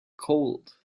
cold